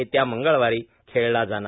येत्या मंगळवारी खेळला जाणार